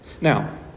Now